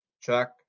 Check